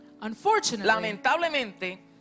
unfortunately